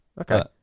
Okay